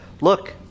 look